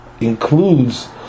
includes